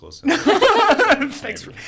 thanks